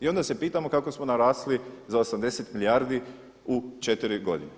I onda se pitamo kako smo narasli za 80 milijardi u četiri godine.